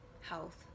health